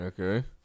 Okay